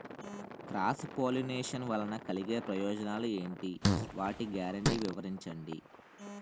Cross pollination వలన కలిగే ప్రయోజనాలు ఎంటి? వాటి గ్యారంటీ వివరించండి?